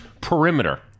perimeter